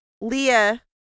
Leah